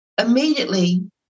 immediately